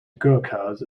gurkhas